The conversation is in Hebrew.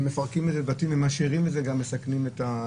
הם מפרקים את זה את זה בבתים ומשאירים את זה ומסכנים את הזה.